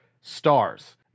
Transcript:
stars